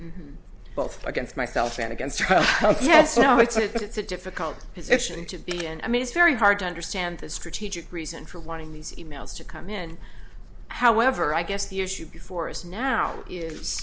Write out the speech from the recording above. both against myself and against ok yes you know it's a difficult position to be and i mean it's very hard to understand the strategic reason for wanting these e mails to come in however i guess the issue before us now is